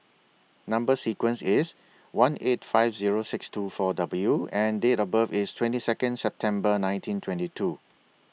Number sequence IS S one eight five Zero six two four W and Date of birth IS twenty Second September nineteen twenty two